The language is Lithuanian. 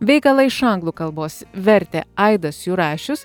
veikalą iš anglų kalbos vertė aidas jurašius